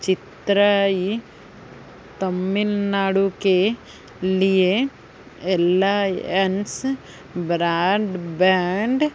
चेन्नई तमिलनाडु के लिए एल्लाअंश ब्राडब्रांड